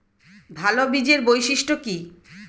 ভাল বীজের বৈশিষ্ট্য কী?